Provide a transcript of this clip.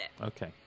Okay